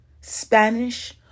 Spanish